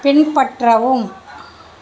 பின்பற்றவும்